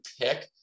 pick